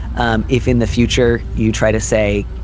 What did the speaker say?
um if in the future you try to say,